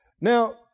Now